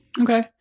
Okay